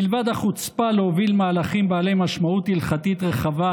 מלבד החוצפה להוביל מהלכים בעלי משמעות הלכתית רחבה